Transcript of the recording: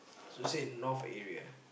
so is it North area